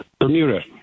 Bermuda